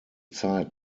zeit